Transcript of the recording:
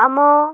ଆମ